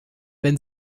wenn